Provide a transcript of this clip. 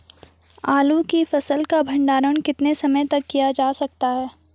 आलू की फसल का भंडारण कितने समय तक किया जा सकता है?